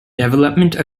development